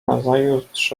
nazajutrz